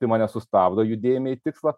tai mane sustabdo judėjime į tikslą